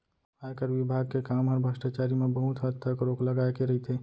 आयकर विभाग के काम हर भस्टाचारी म बहुत हद तक रोक लगाए के रइथे